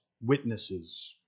witnesses